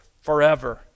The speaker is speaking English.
forever